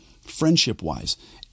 friendship-wise